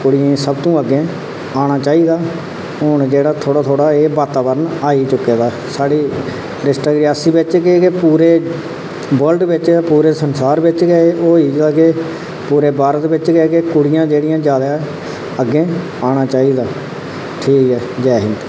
कुड़ियें गी सब तू अग्गै आना चाहिदा हून थोह्ड़ा थोह्ड़ा एह् वातावरण आई चुके दा साढ़ी रियासी डिस्ट्रिक्ट बिच केह् पूरे वर्ल्ड बिच केह् पूरे संसार बिच गै एह् होई दा के पूरे भारत बिच गै होई दा की जेह्ड़ा कुड़ियें गी जेह्ड़ा जादै अग्गें आना चाहिदा ठीक ऐ जै हिंद